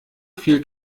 viel